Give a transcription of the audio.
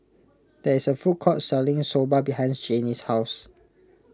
there is a food court selling Soba behind Janey's house